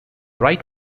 right